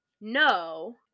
no